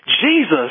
Jesus